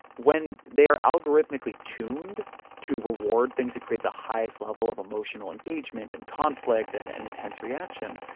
when they are algorithmically tuned to reward things, to create the highest level of emotional engagement and conflict and an intense reaction,